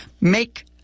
Make